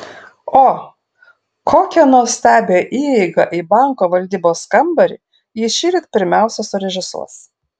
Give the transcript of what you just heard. o kokią nuostabią įeigą į banko valdybos kambarį jis šįryt pirmiausia surežisuos